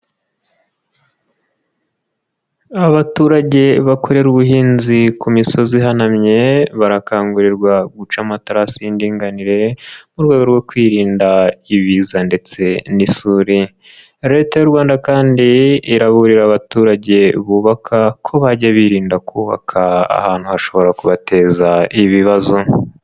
Abaturage bakorera ubuhinzi ku misozi ihanamye, barakangurirwa guca amatarasi y'indinganire, mu rwego rwo kwirinda ibiza ndetse n'isuri. Leta y'u Rwanda kandi iraburira abaturage bubaka ko bajya birinda kubaka ahantu hashobora kubateza ibibazo.